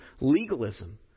legalism